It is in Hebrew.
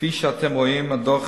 כפי שאתם רואים, הדוח